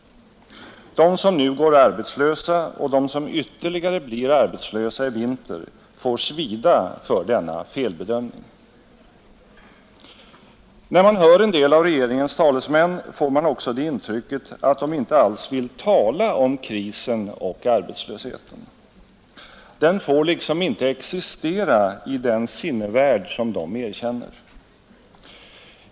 De som nu går arbetslösa och de som ytterligare blir arbetslösa i vinter får lida för denna felbedömning. När man hör en del av regeringens talesmän får man också det intrycket att de inte alls vill tala om krisen och arbetslösheten. Den får liksom inte existera i den sinnevärld de erkänner.